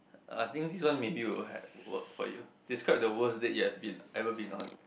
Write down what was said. I think this one maybe will have will work for you describe the worst date you've been ever been on